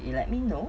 you let me know